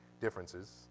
differences